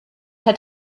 hat